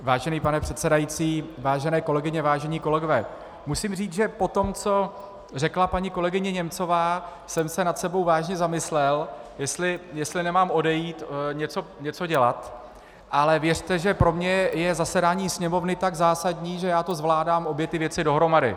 Vážený pane předsedající, vážené kolegyně, vážení kolegové, musím říct, že po tom, co řekla paní kolegyně Němcová, jsem se nad sebou vážně zamyslel, jestli nemám odejít něco dělat, ale věřte, že pro mě je zasedání Sněmovny tak zásadní, že já zvládám obě ty věci dohromady.